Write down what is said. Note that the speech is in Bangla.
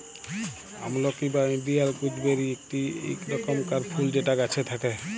আমলকি বা ইন্ডিয়াল গুজবেরি ইকটি রকমকার ফুল যেটা গাছে থাক্যে